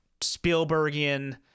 Spielbergian